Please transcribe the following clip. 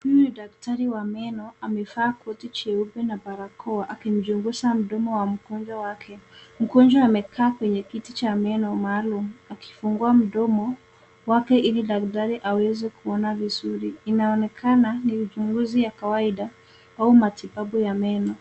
Huyu ni daktari wa meno. Amevaa koti jeupe na barakoa akichunguza mdomo wa mgonjwa wake. Mgonjwa amekaa kwenye kiti cha meno maalum, akifungua mdomo wake ili daktari aweze kuona vizuri. Inaonekana ni uchunguzi ya kawaida au matibabu ya meno.